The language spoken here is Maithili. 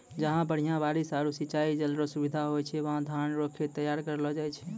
जहां बढ़िया बारिश आरू सिंचाई जल रो सुविधा होय छै वहां धान रो खेत तैयार करलो जाय छै